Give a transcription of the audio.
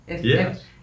Yes